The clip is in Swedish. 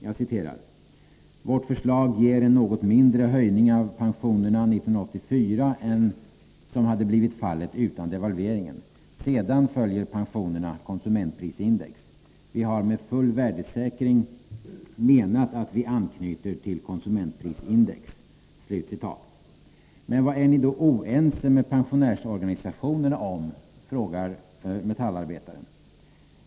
Jag citerar: ”Vårt förslag ger en något mindre höjning av pensionerna 1984 än som hade blivit fallet utan devalveringen. Sedan följer pensionerna konsumentprisindex. Vi har med full värdesäkring menat att vi anknyter till konsumentprisindex.” Men vad är ni då oense med pensionärsorganisationerna om, frågas i Metallarbetaren?